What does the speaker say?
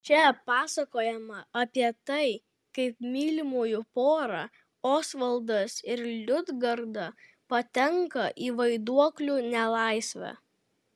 čia pasakojama apie tai kaip mylimųjų pora osvaldas ir liudgarda patenka į vaiduoklių nelaisvę